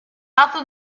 lato